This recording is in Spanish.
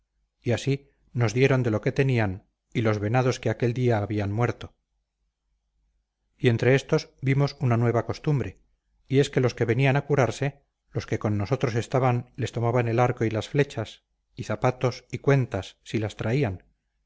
y así nos dieron de lo que tenían y los venados que aquel día habían muerto y entre éstos vimos una nueva costumbre y es que los que venían a curarse los que con nosotros estaban les tomaban el arco y las flechas y zapatos y cuentas si las traían